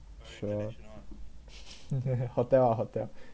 sure hotel ah hotel